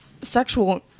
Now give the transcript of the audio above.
sexual